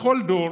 בכל דור